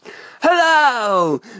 Hello